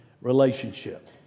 Relationship